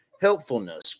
helpfulness